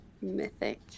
Mythic